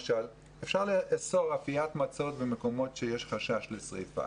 אפשר לאסור אפיית מצות במקומות שיש חשש לשריפה.